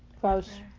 Close